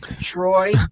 Troy